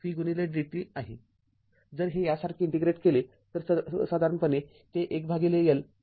जर हे यासारखे इंटिग्रेट केले तर सर्वसाधारणपणे ते १L v dt आहे